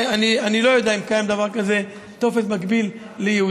אני לא יודע אם קיים דבר כזה, טופס מקביל ליהודים.